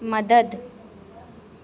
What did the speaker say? मदद